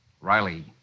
Riley